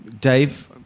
Dave